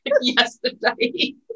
Yesterday